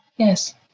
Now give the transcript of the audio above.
Yes